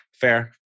Fair